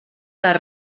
les